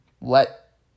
let